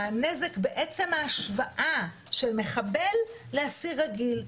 הנזק בעצם ההשוואה של מחבל לאסיר רגיל.